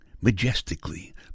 majestically